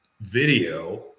video